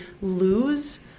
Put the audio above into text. lose